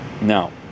Now